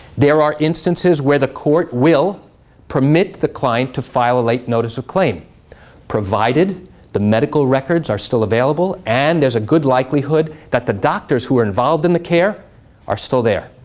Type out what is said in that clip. there are instances where the court will permit the client to file a late notice of claim provided the medical records are still available and there's a good likelihood that the doctors who were involved in the care are still there.